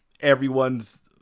everyone's